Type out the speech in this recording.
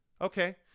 okay